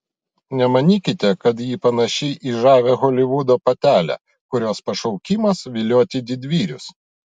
nemanykite kad ji panaši į žavią holivudo patelę kurios pašaukimas vilioti didvyrius